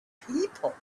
people